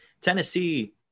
Tennessee